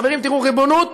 חברים, תראו, ריבונות